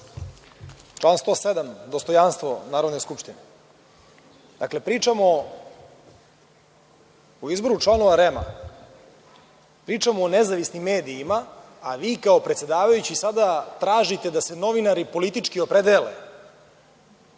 Član 107. dostojanstvo Narodne skupštine. Dakle, pričamo o izboru članova REM-a, pričamo o nezavisnim medijima, a vi kao predsedavajući sada tražite da se novinari politički opredele